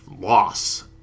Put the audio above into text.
loss